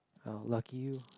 uh lucky you